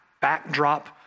backdrop